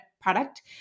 product